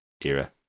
Era